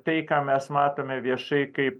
tai ką mes matome viešai kaip